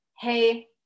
Hey